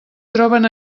troben